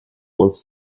was